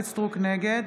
נגד